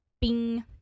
Bing